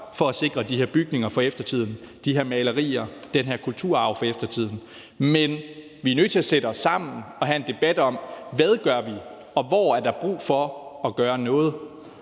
for at sikre de her bygninger, de her malerier, den her kulturarv for eftertiden, men vi er nødt til at sætte os sammen og have en debat om, hvad vi gør, og hvor der er brug for at gøre noget.